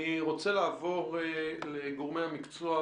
אני רוצה לעבור לגורמי המקצוע.